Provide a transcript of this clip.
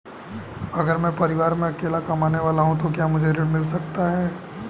अगर मैं परिवार में अकेला कमाने वाला हूँ तो क्या मुझे ऋण मिल सकता है?